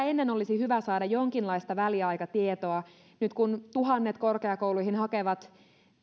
ennen olisi hyvä saada jonkinlaista väliaikatietoa nyt kun tuhannet korkeakouluihin hakevat